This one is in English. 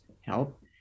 help